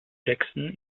jackson